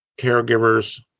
caregivers